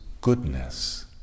goodness